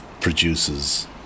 produces